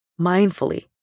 mindfully